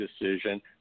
decision